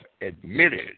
admitted